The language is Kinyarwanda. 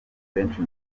benshi